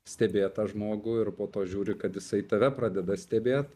stebėt tą žmogų ir po to žiūri kad jisai tave pradeda stebėt